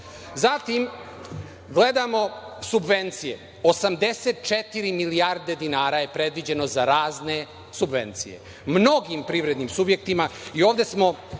gledamo subvencije, 84 milijarde dinara je predviđeno za razne subvencije mnogim privrednim subjektima i ovde smo